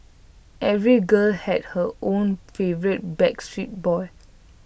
every girl had her own favourite backstreet Boy